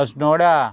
Assonora